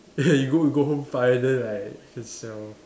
okay you go you go home find then like can sell